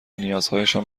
نیازهایشان